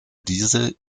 diese